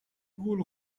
گول